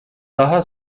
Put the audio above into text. daha